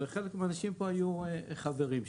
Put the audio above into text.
וחלק מהאנשים פה היו חברים שם.